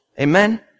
Amen